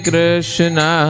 Krishna